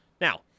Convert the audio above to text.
Now